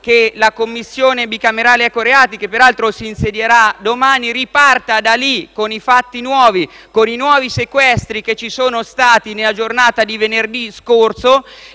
ambientali ad esse correlati che peraltro si insedierà domani, riparta da lì con i fatti nuovi, con i nuovi sequestri che ci sono stati nella giornata di venerdì scorso